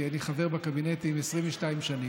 כי אני חבר בקבינטים 22 שנים: